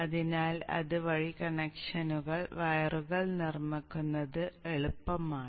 അതിനാൽ അത് വഴി കണക്ഷൻ വയറുകൾ നിർമ്മിക്കുന്നത് എളുപ്പമാണ്